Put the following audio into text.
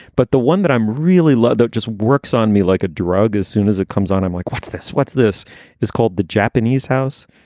but the one that i'm really loved, it just works on me like a drug. as soon as it comes on, i'm like, what's this? what's this is called the japanese house.